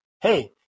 Hey